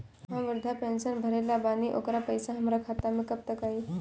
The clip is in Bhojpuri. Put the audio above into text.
हम विर्धा पैंसैन भरले बानी ओकर पईसा हमार खाता मे कब तक आई?